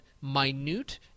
minute